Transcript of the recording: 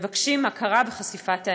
מבקשים הכרה וחשיפת האמת.